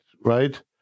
right